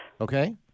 Okay